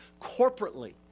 corporately